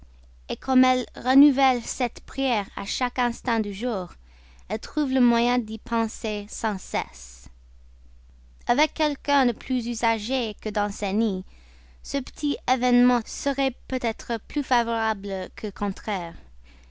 oublier comme elle renouvelle cette prière à chaque instant du jour elle trouve le moyen d'y penser sans cesse avec quelqu'un de plus usagé que danceny ce petit événement serait peut-être plus favorable que contraire